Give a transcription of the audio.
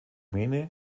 mähne